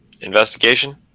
Investigation